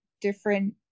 different